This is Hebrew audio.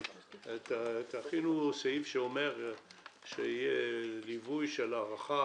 תכינו סעיף שאומר שיהיה ליווי של הערכה